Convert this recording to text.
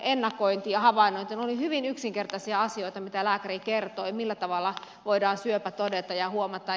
ne olivat hyvin yksinkertaisia asioita mitä lääkäri kertoi millä tavalla voidaan syöpä todeta ja huomata